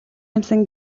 юмсан